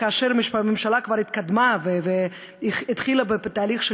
כאשר הממשלה כבר התקדמה והתחילה בתהליך של